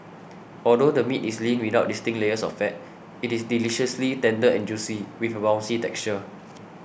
although the meat is lean without distinct layers of fat it is deliciously tender and juicy with a bouncy texture